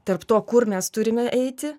tarp to kur mes turime eiti